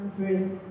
verse